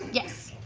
yes.